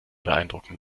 beeindrucken